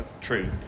true